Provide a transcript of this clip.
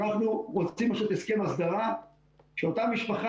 אנחנו רוצים לעשות הסכם הסדרה שאותה משפחה